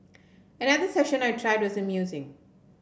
another session I tried was amusing